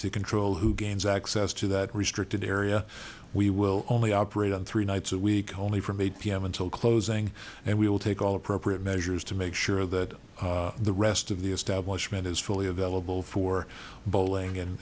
to control who gains access to that restricted area we will only operate on three nights a week only from eight p m until closing and we will take all appropriate measures to make sure that the rest of the establishment is fully available for bowling and